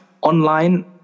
online